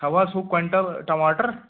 تھَو حظ ہُہ کۄینٛٹل ٹماٹر